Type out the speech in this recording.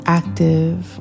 active